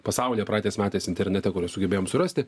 pasaulyje praeitais metais internete kuriuos sugebėjom surasti